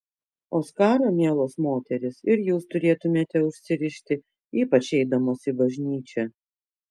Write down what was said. o skarą mielos moterys ir jūs turėtumėte užsirišti ypač eidamos į bažnyčią